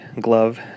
glove